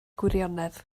gwirionedd